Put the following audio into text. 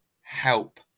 help